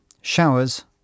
showers